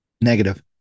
Negative